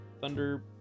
thunder